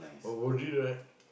but was it right